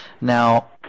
Now